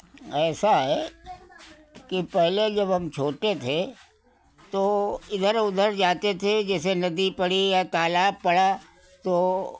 ऐसा है कि पहले जब हम छोटे थे तो इधर उधर जाते थे जैसे नदी पड़ी या तालाब पड़ा तो